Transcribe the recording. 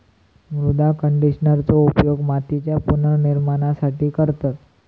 मृदा कंडिशनरचो उपयोग मातीच्या पुनर्निर्माणासाठी करतत